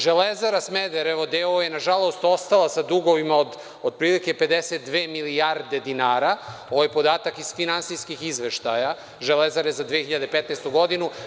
Železara“ Smederevo d.o.o. je nažalost, ostala sa dugovima od otprilike 52 milijarde dinara, ovaj podatak je iz finansijskih izveštaja Železare za 2015. godinu.